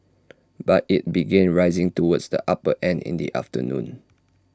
but IT began rising towards the upper end in the afternoon